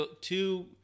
two